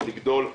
לגדול,